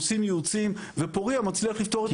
עושים ייעוצים ופורייה מצליח לפתור את